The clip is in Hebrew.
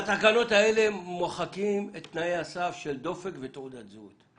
התקנות האלה מוחקות את תנאי הסף של דופק ותעודת זהות.